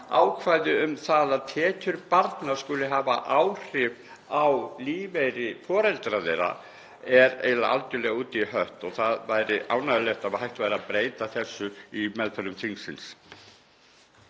ákvæði um að tekjur barna skuli hafa áhrif á lífeyri foreldra þeirra er eiginlega algerlega út í hött og það væri ánægjulegt ef hægt væri að breyta þessu í meðförum þingsins.